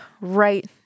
right